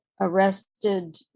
arrested